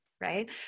right